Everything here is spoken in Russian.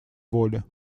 воли